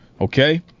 okay